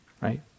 right